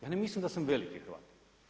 Ja ne mislim da sam veliki Hrvat.